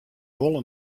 wol